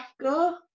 go